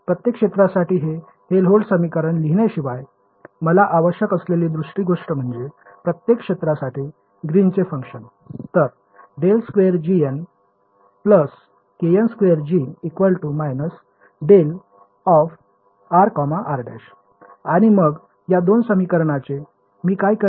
प्रत्येक क्षेत्रासाठी हे हेल्होल्टझ समीकरण लिहिण्याशिवाय मला आवश्यक असलेली दुसरी गोष्ट म्हणजे प्रत्येक क्षेत्रासाठी ग्रीनचे फंक्शन तर ∇2gn kn2 g − δr r ′ आणि मग या दोन समीकरणाने मी काय करीन